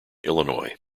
illinois